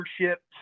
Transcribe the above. ownership